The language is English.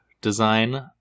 design